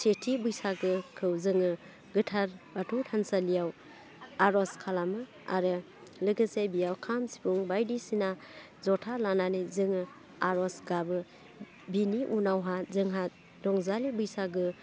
सेथि बैसागोखौ जोङो गोथार बाथौ थानसालियाव आर'ज खालामो आरो लोगोसे बेयाव खाम सिफुं बायदिसिना ज'था लानानै जोङो आर'ज गाबो बेनि उनावहा जोंहा रंजालि बैसागो